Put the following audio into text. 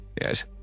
Yes